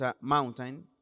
mountain